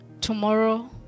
tomorrow